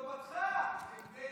לטובתך, זה לטובתך.